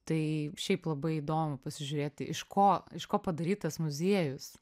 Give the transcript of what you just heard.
tai šiaip labai įdomu pasižiūrėti iš ko iš ko padarytas muziejus